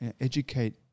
educate